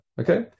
Okay